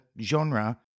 genre